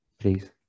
please